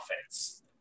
offense